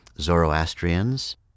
Zoroastrians